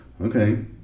okay